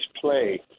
play